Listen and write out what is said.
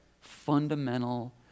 fundamental